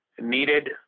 needed